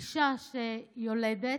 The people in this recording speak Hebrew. אישה שיולדת,